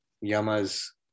Yama's